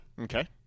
Okay